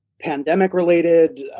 pandemic-related